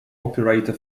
operator